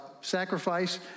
sacrifice